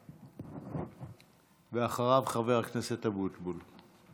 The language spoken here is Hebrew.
ואחריו, חבר הכנסת אבוטבול.